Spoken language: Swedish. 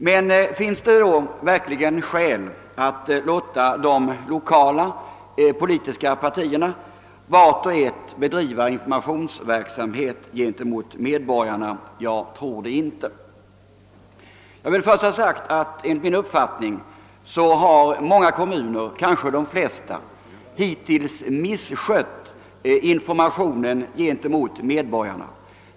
Men finns det verkligen skäl att låta de lokala politiska partierna vart och ett bedriva verksamhet med information till medborgarna? Jag tror det inte. Till att börja med vill jag framhålla att enligt min uppfattning har många kommuner — kanske de flesta — hittills misskött informationen till medborgarna.